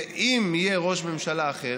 ואם יהיה ראש ממשלה אחר,